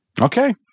Okay